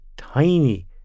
tiny